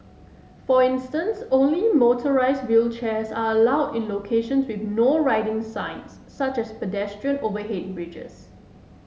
for instance only motorised wheelchairs are allowed in locations with No Riding signs such as pedestrian overhead bridges